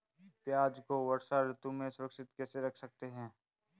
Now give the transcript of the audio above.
प्याज़ को वर्षा ऋतु में सुरक्षित कैसे रख सकते हैं?